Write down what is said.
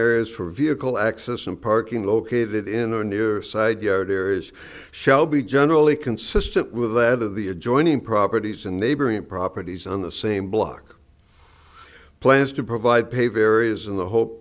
areas for vehicle access and parking located in or near side yard areas shall be generally consistent with that of the adjoining properties and neighboring properties on the same block plans to provide pave areas in the ho